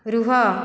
ରୁହ